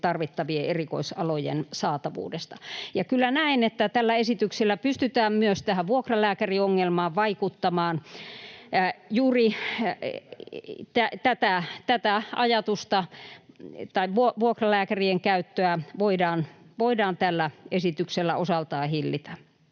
tarvittavien erikoisalojen saatavuudesta. Kyllä näen, että tällä esityksellä pystytään myös tähän vuokralääkäriongelmaan vaikuttamaan. [Aki Lindénin välihuuto] Juuri tätä vuokralääkärien käyttöä voidaan tällä esityksellä osaltaan hillitä.